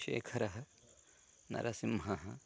शेखरः नरसिंहः